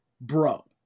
bro